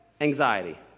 anxiety